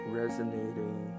resonating